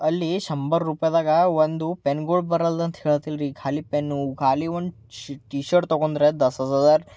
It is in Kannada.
ಅಲ್ಲಿ ಶಂಬರ ರೂಪಾಯಿಯಾಗೆ ಒಂದು ಪೆನ್ಗಳು ಬರೊಲ್ಲಂತೆ ಹೇಳ್ತಿಲ್ರಿ ಖಾಲಿ ಪೆನ್ನು ಖಾಲಿ ಒಂದು ಶ ಟಿ ಶರ್ಟ್ ತೊಗೊಂಡ್ರೆ ದಸ್ ದಸ್ ಹಝಾರ್